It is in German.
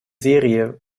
serie